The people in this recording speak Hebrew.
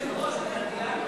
הרווחה והבריאות נתקבלה.